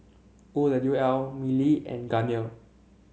O W L Mili and Garnier